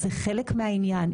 זה חלק מהעניין.